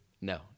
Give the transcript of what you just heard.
No